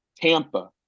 Tampa